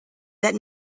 that